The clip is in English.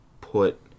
put